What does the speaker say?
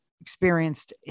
experienced